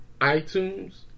iTunes